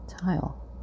tile